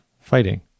fighting